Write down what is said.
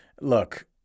look